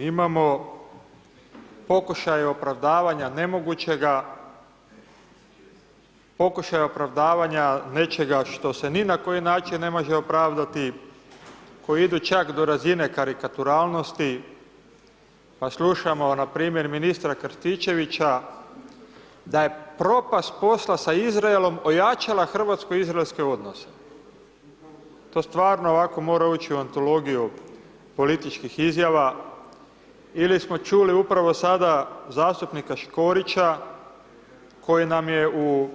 Imamo pokušaj opravdavanja nemogućega, pokušaj opravdavanja nečega što se ni na koji način ne može opravdati, koji idu čak do razine karikaturalnosti, pa slušamo na primjer ministra Krstičevića da je propast posla sa Izraelom ojačala hrvatsko-izraelske odnose, to stvarno ovako mora ući u antologiju političkih izjava, ili smo čuli upravo sada zastupnika Škorića, koji nam je u